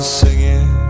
singing